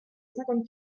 cinquante